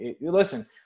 listen